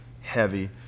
heavy